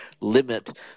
limit